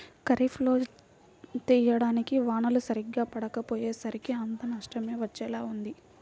ఖరీఫ్ లో టైయ్యానికి వానలు సరిగ్గా పడకపొయ్యేసరికి అంతా నష్టమే వచ్చేలా ఉంది